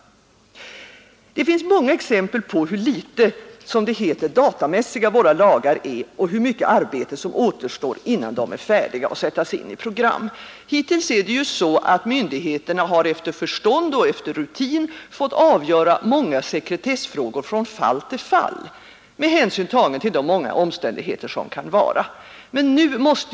Det finns många exempel på hur litet ”datamässiga” våra lagar är och hur mycket arbete som alltså återstår innan de är färdiga att sättas in i program. Hittills är det ju så att myndigheterna efter förstånd och rutin fått avgöra många sekretessfrågor från fall till fall, med hänsyn tagen till de många omständigheter som kan förekomma.